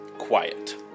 quiet